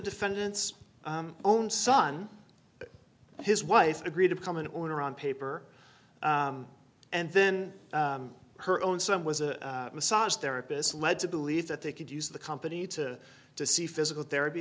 defendant's own son his wife agreed to become an owner on paper and then her own son was a massage therapist led to believe that they could use the company to to see physical therapy